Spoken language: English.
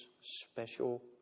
special